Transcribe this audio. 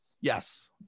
Yes